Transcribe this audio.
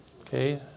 Okay